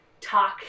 talk